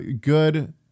good